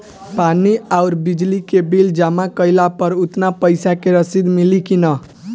पानी आउरबिजली के बिल जमा कईला पर उतना पईसा के रसिद मिली की न?